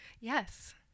Yes